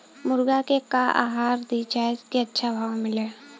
मुर्गा के का आहार दी जे से अच्छा भाव मिले?